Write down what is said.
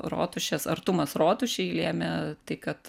rotušės artumas rotušei lėmė tai kad